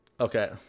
Okay